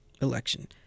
election